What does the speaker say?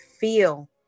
feel